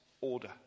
order